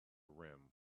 rim